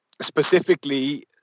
specifically